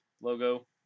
logo